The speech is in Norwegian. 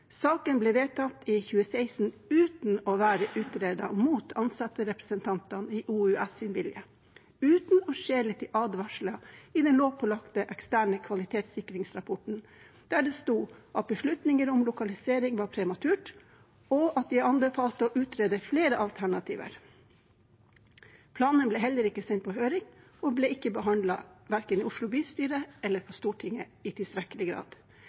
Saken ble vedtatt i 2016, uten å være utredet og mot viljen til ansatterepresentantene i OUS og uten å skjele til advarsler i den lovpålagte, eksterne kvalitetssikringsrapporten, der det sto at beslutninger om lokalisering var prematurt, og at de anbefalte å utrede flere alternativer. Planen ble heller ikke sendt på høring og ble ikke i tilstrekkelig grad behandlet verken i Oslo bystyre eller